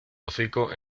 hocico